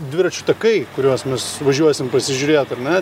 dviračių takai kuriuos mes važiuosim pasižiūrėt ar ne